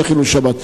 שיהיה חילול שבת.